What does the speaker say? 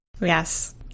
Yes